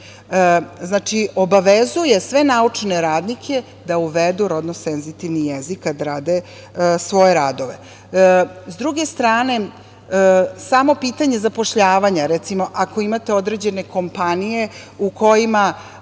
Znači, obavezuje sve naučne radnike da uvedu rodno senzitivni jezik kad rade svoje radove. Sa druge strane, samo pitanje zapošljavanja, recimo, ako imate određene kompanije u kojima